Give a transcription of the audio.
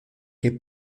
que